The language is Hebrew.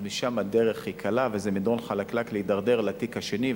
אז משם הדרך היא קלה וזה מדרון חלקלק להידרדר לתיק השני,